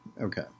okay